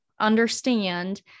understand